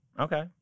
Okay